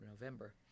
November